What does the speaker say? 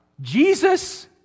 Jesus